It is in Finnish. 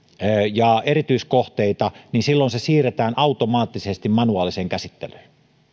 ja erityiskohteita niin silloin se siirretään automaattisesti manuaaliseen käsittelyyn